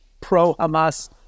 pro-Hamas